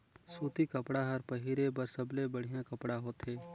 सूती कपड़ा हर पहिरे बर सबले बड़िहा कपड़ा होथे